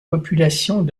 populations